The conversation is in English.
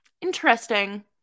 Interesting